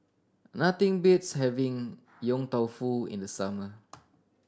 nothing beats having Yong Tau Foo in the summer